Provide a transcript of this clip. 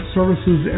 Services